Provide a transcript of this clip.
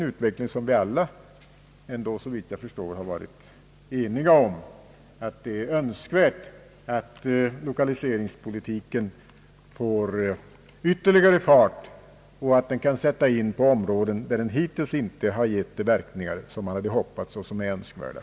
Alla har väl såvitt jag förstår varit eniga om att det är önskvärt att lokaliseringspolitiken får ytterligare fart och att den kan sätta in på områden där den hittills inte haft de verkningar som är önskvärda och som man hoppats på.